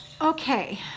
Okay